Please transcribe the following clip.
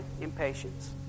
impatience